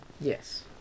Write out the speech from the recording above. Yes